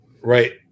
Right